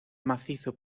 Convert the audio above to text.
macizo